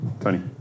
Tony